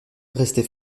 restait